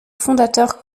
fondateur